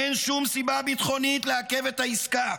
אין שום סיבה ביטחונית לעכב את העסקה.